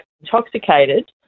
intoxicated